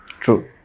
True